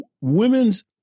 Women's